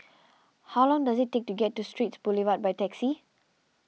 how long does it take to get to Straits Boulevard by taxi